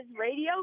radio